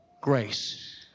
grace